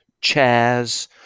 chairs